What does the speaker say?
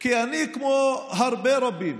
כי אני, כמו רבים,